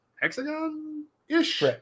hexagon-ish